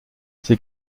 ses